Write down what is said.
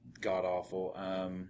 god-awful